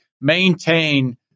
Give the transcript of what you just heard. maintain